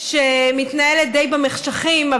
שמתנהלת די במחשכים,